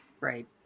Right